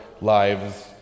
lives